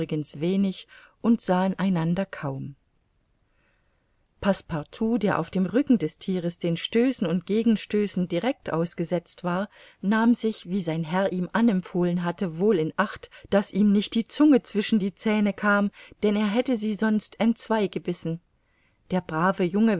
wenig und sahen sich einander kaum passepartout der auf dem rücken des thieres den stößen und gegenstößen direct ausgesetzt war nahm sich wie sein herr ihm anempfohlen hatte wohl in acht daß ihm nicht die zunge zwischen die zähne kam denn er hätte sie sonst entzwei gebissen der brave junge